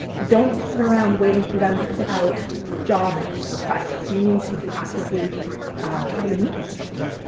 don't sit around waiting for them to put out job requests. you need to be actively trying to meet these folks.